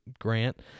Grant